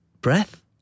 breath